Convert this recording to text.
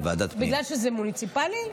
בגלל שזה מוניציפלי?